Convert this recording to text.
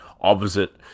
opposite